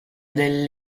del